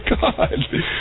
God